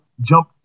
jump